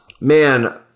man